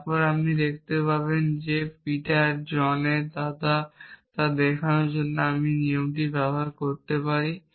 তারপর আপনি দেখতে পারেন যে পিটার জন এর দাদা তা দেখানোর জন্য আমি হয় এই নিয়মটি ব্যবহার করতে পারি